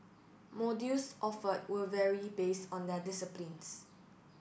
modules offered will vary based on their disciplines